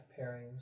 pairings